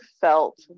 felt